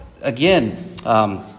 again